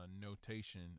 notation